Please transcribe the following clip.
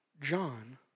John